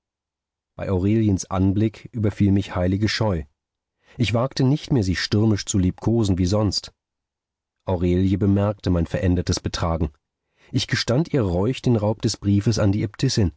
bei aureliens anblick überfiel mich heilige scheu ich wagte es nicht mehr sie stürmisch zu liebkosen wie sonst aurelie bemerkte mein verändertes betragen ich gestand ihr reuig den raub des briefes an die